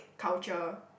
culture